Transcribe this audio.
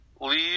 leave